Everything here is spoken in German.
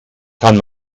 kann